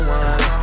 one